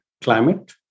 climate